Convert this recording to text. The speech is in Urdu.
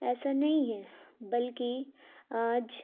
ایسا نہیں ہے بلکہ آج